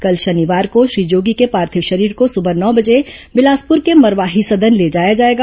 कल शनिवार को श्री जोगी के पार्थिव शरीर को सुबह नौ बजे बिलासपुर के मरवाही सदन ले जाया जाएगा